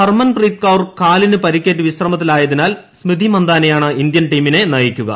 ഹർമൻ പ്രീത് കൌർ കാലിന് പരിക്കേറ്റ് വിശ്രമത്തിലായതിനാൽ സ്മൃതി മന്ദാനയാണ് ഇന്ത്യൻ ടീമിനെ നയിക്കുക